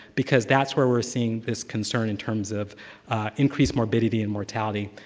because that's where we're seeing this concern in terms of increased morbidity and mortality.